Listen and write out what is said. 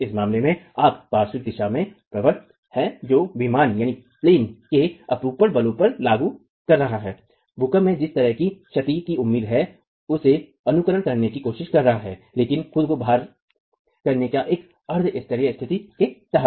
इस मामले में आपके पास पार्श्व दिशा में प्रवर्तक है जो विमान में अपरूपण बलों को लागू कर रहा है भूकंप में जिस तरह की क्षति की उम्मीद है उसे अनुकरण करने की कोशिश कर रहा है लेकिन खुद को भार करने की एक अर्ध स्थिर स्थिति के तहत